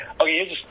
Okay